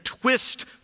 Twist